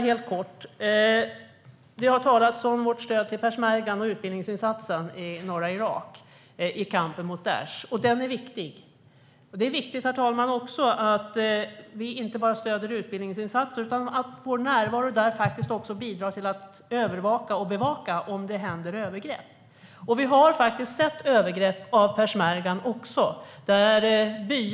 Det har talats om vårt stöd till peshmergan och utbildningsinsatsen i norra Irak i kampen mot Daish. Det är viktigt. Det är också viktigt att vi inte bara stöder utbildningsinsatser utan att vår närvaro också bidrar till övervaka och bevaka om det sker övergrepp. Vi har sett övergrepp av peshmergan också.